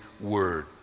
word